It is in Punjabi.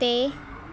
'ਤੇ